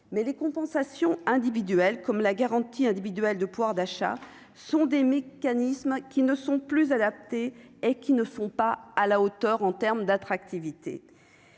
mais les compensations individuelles comme la garantie individuelle de pouvoir d'achat sont des mécanismes qui ne sont plus adaptées et qui ne sont pas à la hauteur en terme d'attractivité